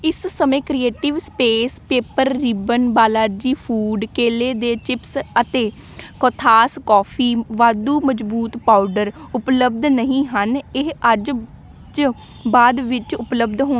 ਇਸ ਸਮੇਂ creative space paper ribbon Balaji food ਕੇਲੇ ਦੇ ਚਿਪਸ ਅਤੇ ਕੋਥਾਸ ਕੌਫੀ ਵਾਧੂ ਮਜ਼ਬੂਤ ਪਾਊਡਰ ਉਪਲਬਧ ਨਹੀਂ ਹਨ ਇਹ ਅੱਜ ਚ ਬਾਅਦ ਵਿੱਚ ਉਪਲਬਧ ਹੋ